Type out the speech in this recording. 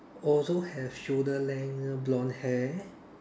also have shoulder length blonde hair